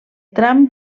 tram